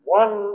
one